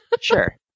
Sure